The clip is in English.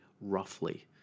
roughly